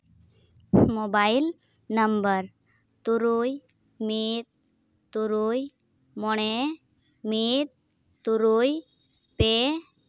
mobile number ᱛᱩᱨᱩᱭ ᱢᱤᱫ ᱛᱩᱨᱩᱭ ᱢᱚᱬᱮ ᱢᱤᱫ ᱛᱩᱨᱩᱭ ᱯᱮ